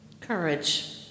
Courage